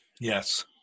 Yes